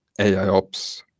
AIOps